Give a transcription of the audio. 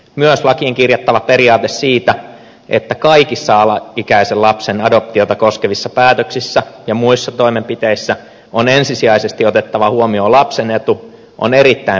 myös lakiin kirjattava periaate siitä että kaikissa alaikäisen lapsen adoptiota koskevissa päätöksissä ja muissa toimenpiteissä on ensisijaisesti otettava huomioon lapsen etu on erittäin perusteltu uudistus